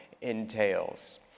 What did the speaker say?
entails